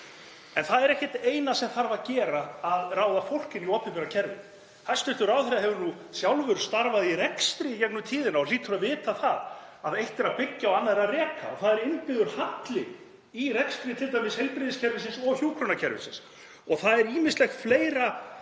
En það er ekki það eina sem þarf að gera, að ráða fólk inn í opinbera kerfið. Hæstv. ráðherra hefur nú sjálfur starfað í rekstri í gegnum tíðina og hlýtur að vita að eitt er að byggja og annað að reka. Það er innbyggður halli í rekstri heilbrigðiskerfisins og hjúkrunarkerfisins. Það er ýmislegt fleira